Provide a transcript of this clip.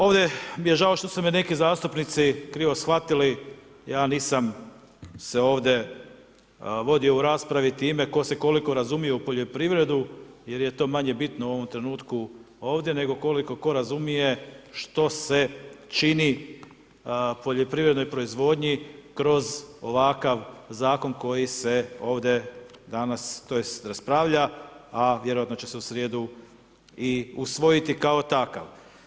Ovdje mi je žao što su me neki zastupnici krivo shvatili ja nisam se ovdje vodio u raspravi time tko se koliko razumije u poljoprivredu jer je to manje bitno u ovom trenutku ovdje, nego tko koliko razumije što se čini poljoprivrednoj proizvodnji kroz ovakav zakon koji se ovdje danas tj. raspravlja, a vjerojatno će se u srijedu i usvojiti kao takav.